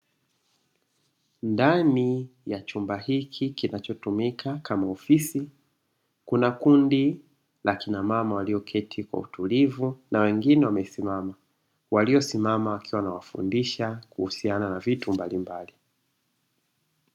Ndani ya chumba hiki kinachotumika kama ofisi, kuna kundi la kina mama walioketi kwa utulivu na wengine wamesimama, waliosimama wakiwa wanawafundisha kuhusiana na vitu mbalimbali.